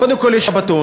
קודם כול יש שבתון.